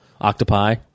Octopi